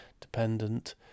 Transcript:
dependent